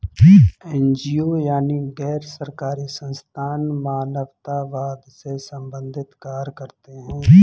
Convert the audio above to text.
NGO यानी गैर सरकारी संस्थान मानवतावाद से संबंधित कार्य करते हैं